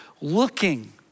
Looking